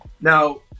Now